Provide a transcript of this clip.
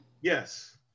Yes